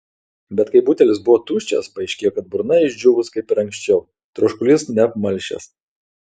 bet kai butelis buvo tuščias paaiškėjo kad burna išdžiūvus kaip ir anksčiau troškulys neapmalšęs